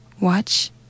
watch